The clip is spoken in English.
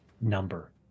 number